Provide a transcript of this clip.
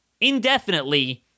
indefinitely